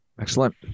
Excellent